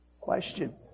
Question